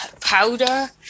powder